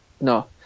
No